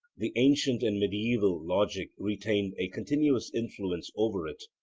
the ancient and mediaeval logic retained a continuous influence over it,